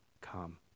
come